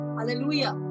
Hallelujah